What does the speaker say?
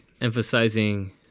emphasizing